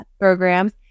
programs